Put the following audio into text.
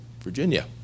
Virginia